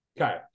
Okay